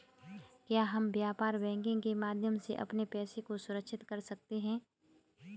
क्या हम व्यापार बैंकिंग के माध्यम से अपने पैसे को सुरक्षित कर सकते हैं?